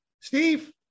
Steve